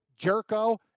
Jerko